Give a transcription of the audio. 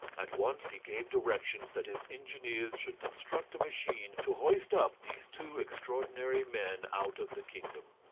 at once he gave directions that his engineers should construct a machine to hoist up these two extraordinary men out of the kingdom.